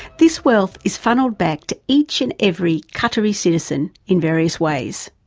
this wealth is funnelled back to each and every qatari citizen in various ways.